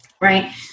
Right